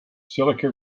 silica